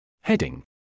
Heading